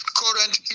current